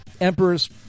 emperor's